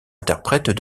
interprètes